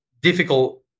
difficult